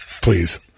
please